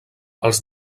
els